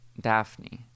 Daphne